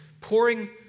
pouring